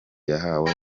yahawe